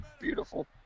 Beautiful